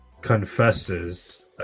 confesses